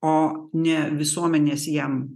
o ne visuomenės jam